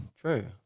True